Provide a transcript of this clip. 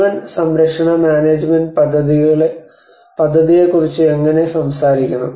മുഴുവൻ സംരക്ഷണ മാനേജുമെന്റ് പദ്ധതിയെക്കുറിച്ച് എങ്ങനെ സംസാരിക്കണം